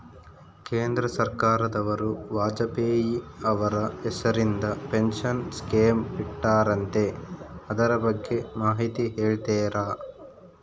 ಕೇಂದ್ರ ಸರ್ಕಾರದವರು ವಾಜಪೇಯಿ ಅವರ ಹೆಸರಿಂದ ಪೆನ್ಶನ್ ಸ್ಕೇಮ್ ಬಿಟ್ಟಾರಂತೆ ಅದರ ಬಗ್ಗೆ ಮಾಹಿತಿ ಹೇಳ್ತೇರಾ?